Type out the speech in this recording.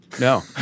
No